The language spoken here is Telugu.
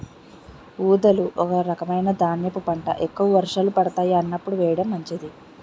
ఊదలు ఒక రకమైన ధాన్యపు పంట, ఎక్కువ వర్షాలు పడతాయి అన్నప్పుడు వేయడం మంచిది